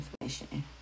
information